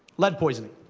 lead poisoning.